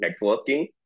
networking